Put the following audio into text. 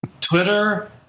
Twitter